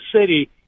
city